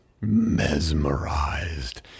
mesmerized